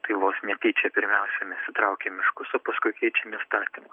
tai vos netyčia pirmiausia mes įtraukiam miškus o paskui keičiam įstatymą